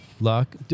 Luck